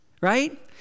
right